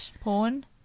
porn